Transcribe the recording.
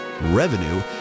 revenue